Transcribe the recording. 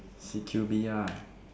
C_Q_B lah